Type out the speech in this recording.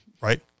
Right